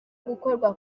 gukorwa